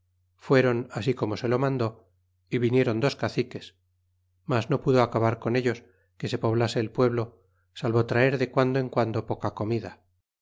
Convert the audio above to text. fueron así como se lo mandó y vinieron dos caciques mas no pudo acabar con ellos que se poblase el pueblo salvo traer de guando en guando poca comida